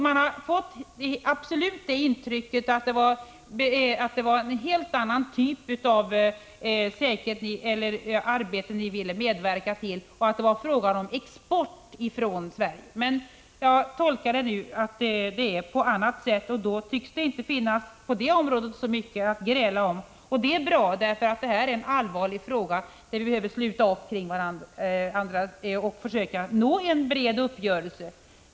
Man har klart fått det intrycket att det var en helt annan typ av arbete ni ville medverka till och att det var fråga om export från Sverige. Jag har nu tolkat Bengt Westerberg så att detta inte är fallet. Då tycks det på det området inte finnas så mycket att gräla om. Det är ju bra, för det här är en allvarlig fråga där det behövs en stor uppslutning och en bred uppgörelse.